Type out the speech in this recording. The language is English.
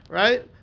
right